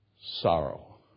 sorrow